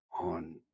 on